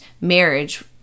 marriage